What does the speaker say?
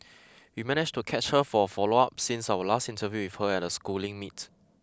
we managed to catch her for a follow up since our last interview with her at a schooling meet